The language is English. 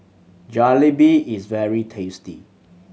jalebi is very tasty